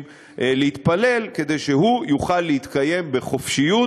להתפלל כדי שהוא יוכל להתקיים בחופשיות,